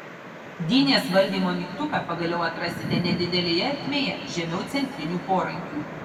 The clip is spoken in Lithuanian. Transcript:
dynės valdymo mygtuką pagaliau atrasite nedidelėje ertmėje žemiau centrinių porankių